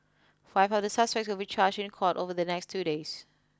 five of the suspects will be charged in court over the next two days